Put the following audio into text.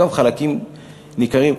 אגב חלקים ניכרים,